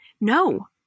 No